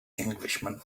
englishman